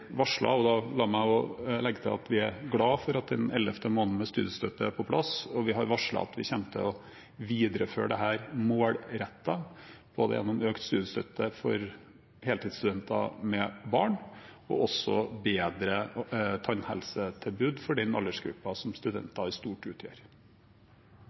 la meg da legge til at vi er glad for – at elleve måneder med studiestøtte er på plass, og at vi kommer til å videreføre dette målrettet gjennom både økt studiestøtte for heltidsstudenter med barn og også bedre tannhelsetilbud for den aldersgruppen som